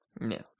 No